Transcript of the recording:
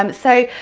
um so,